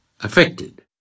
affected